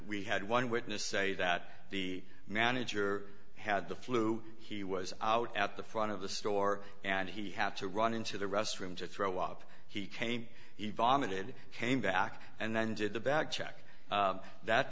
we had one witness say that the manager had the flu he was out at the front of the store and he had to run into the restroom to throw up he came he vomited came back and then did the bag check that